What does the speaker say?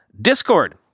Discord